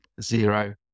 zero